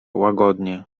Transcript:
łagodnie